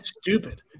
stupid